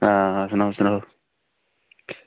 हां सनाओ सनाओ